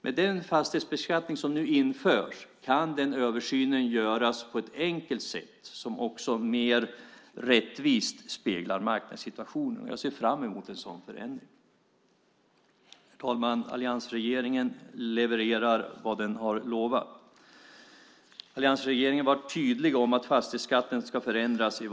Med den fastighetsbeskattning som nu införs kan den översynen göras på ett enkelt sätt som också mer rättvist speglar marknadssituationen. Jag ser fram emot en sådan förenkling. Herr talman! Alliansregeringen levererar vad den har lovat. Alliansregeringen var i valet tydlig med att fastighetsskatten ska förändras.